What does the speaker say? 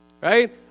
Right